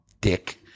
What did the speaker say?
dick